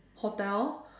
hotel